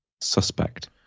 suspect